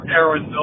Aaron